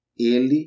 Ele